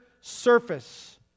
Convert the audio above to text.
surface